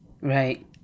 Right